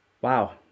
Wow